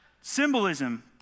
Symbolism